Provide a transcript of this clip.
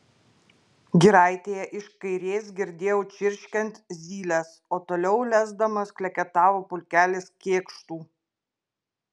giraitėje iš kairės girdėjau čirškiant zyles o toliau lesdamas kleketavo pulkelis kėkštų